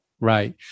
Right